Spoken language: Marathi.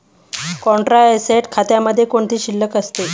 कॉन्ट्रा ऍसेट खात्यामध्ये कोणती शिल्लक असते?